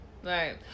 Right